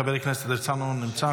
חבר הכנסת הרצנו נמצא?